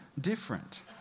different